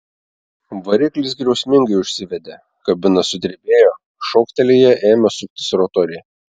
variklis griausmingai užsivedė kabina sudrebėjo šoktelėję ėmė suktis rotoriai